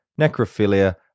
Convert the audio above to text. necrophilia